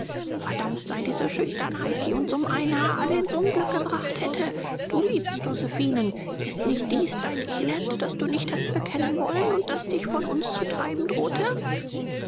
verdammt sei diese schüchternheit die uns um ein haar alle ins unglück gebracht hätte du liebst josephinen ist nicht dies dein elend das du nicht hast bekennen wollen und das dich von uns zu treiben drohte